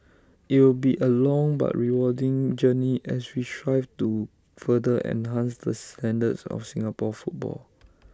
IT will be A long but rewarding journey as we strive to further enhance the standards of Singapore football